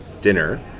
dinner